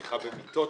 במיטות?